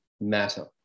matter